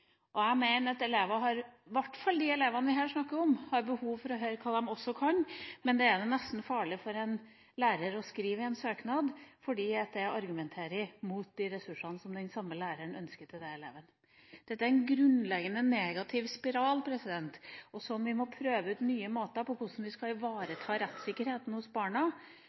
og jeg mener at elever – i hvert fall de elevene vi her snakker om – har behov for å høre hva de også kan. Men det er det nesten farlig for en lærer å skrive i en søknad, fordi det argumenterer mot de ressursene som den samme læreren ønsker til den eleven. Dette er en grunnleggende negativ spiral. Vi må prøve ut nye måter for hvordan vi skal ivareta rettssikkerheten til barna